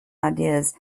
ideas